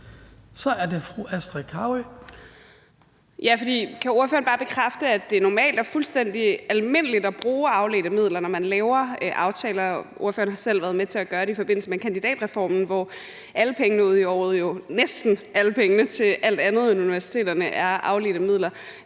Kl. 16:50 Astrid Carøe (SF): Kan ordføreren bare bekræfte, at det er normalt og fuldstændig almindeligt at bruge afledte midler, når man laver aftaler? Ordføreren har selv været med til at gøre det i forbindelse med kandidatreformen, hvor næsten alle pengene til alt andet end universiteterne er afledte midler.